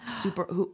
Super